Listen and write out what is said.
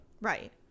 Right